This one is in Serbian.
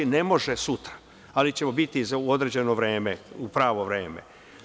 Ne može sutra, ali će biti u određeno vreme, u pravo vreme.